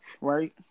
right